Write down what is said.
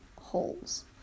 holes